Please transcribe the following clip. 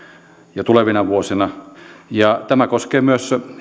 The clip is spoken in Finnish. ja tulevina vuosina ja tämä koskee myös